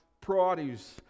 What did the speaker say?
produce